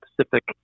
Pacific